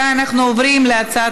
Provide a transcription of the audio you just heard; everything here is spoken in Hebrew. בעד,